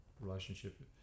relationship